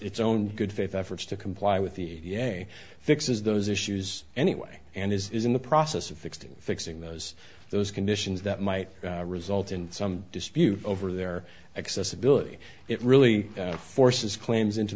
s own good faith efforts to comply with the fixes those issues anyway and is in the process of fixing fixing those those conditions that might result in some dispute over their accessibility it really forces claims into